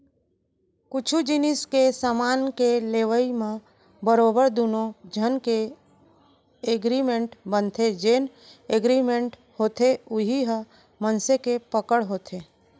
कुछु जिनिस के समान के लेवई म बरोबर दुनो झन के एगरिमेंट बनथे जेन एगरिमेंट होथे उही ह मनसे के पकड़ होथे